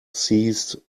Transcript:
seized